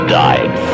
died